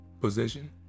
Position